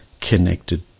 connected